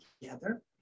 together